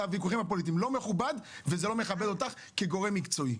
זה לא מכובד וזה לא מכבד אותך כגורם מקצועי.